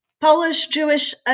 Polish-Jewish